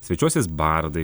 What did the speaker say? svečiuosis bardai